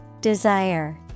Desire